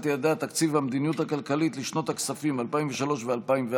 יעדי התקציב והמדיניות הכלכלית לשנות הכספים 2003 ו-2004)